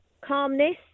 calmness